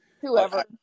whoever